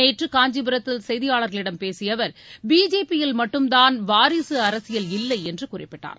நேற்று காஞ்சிபுரத்தியில் செய்தியாளர்களிடம் பேசிய அவர் பிஜேபி மட்டும்தான் வாரிசு அரசியல் இல்லை என்று குறிப்பிட்டார்